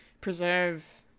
preserve